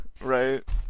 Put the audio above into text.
right